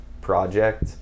project